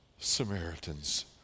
Samaritans